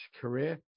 career